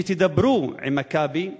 שתדברו עם "מכבי".